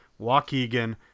Waukegan